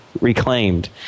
reclaimed